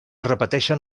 repeteixen